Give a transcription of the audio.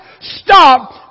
stop